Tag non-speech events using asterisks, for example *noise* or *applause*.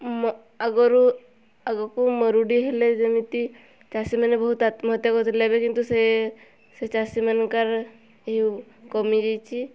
ଆଗରୁ ଆଗକୁ ମରୁଡ଼ି ହେଲେ ଯେମିତି ଚାଷୀମାନେ ବହୁତ ଆତ୍ମହତ୍ୟା କରୁଥିଲେ ଏବେ କିନ୍ତୁ ସେ ସେ ଚାଷୀମାନଙ୍କର *unintelligible* କମିଯାଇଛି